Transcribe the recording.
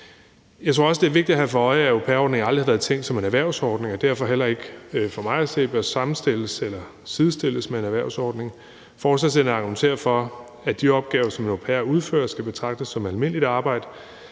Jeg tror også, det er vigtigt at have for øje, at au pair-ordningen aldrig har været tænkt som en erhvervsordning og derfor heller ikke for mig at se bør sidestilles med en erhvervsordning. Forslagsstillerne argumenterer for, at de opgaver, som en au pair udfører, skal betragtes som almindeligt arbejde,